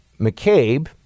McCabe